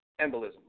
embolism